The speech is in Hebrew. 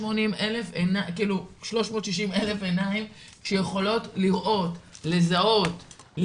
360,000 עיניים שיכולות לראות ולזהות,